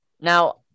Now